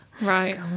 Right